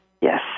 Yes